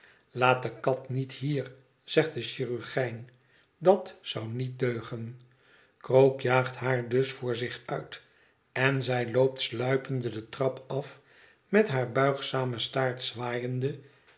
laat de kat niet hier zegt de chirurgijn dat zou niet deugen krook jaagt haar dus voor zich uit en zij loopt sluipende de trap af met haar buigzamen staart zwaaiende